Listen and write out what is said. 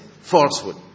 falsehood